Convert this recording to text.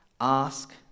Ask